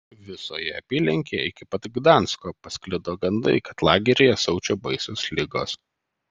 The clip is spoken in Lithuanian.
visoje apylinkėje iki pat gdansko pasklido gandai kad lageryje siaučia baisios ligos